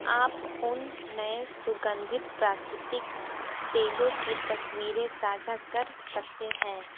आप उन नए सुगंधित प्राकितिक तेलों की तस्वीरें साझा कर सकते हैं